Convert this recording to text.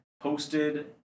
posted